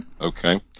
okay